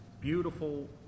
beautiful